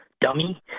dummy